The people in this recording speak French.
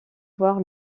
voir